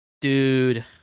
Dude